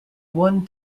one